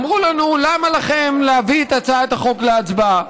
אמרו לנו: למה לכם להביא את הצעת החוק להצבעה?